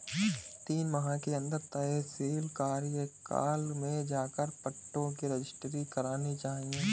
तीन माह के अंदर तहसील कार्यालय में जाकर पट्टों की रजिस्ट्री करानी चाहिए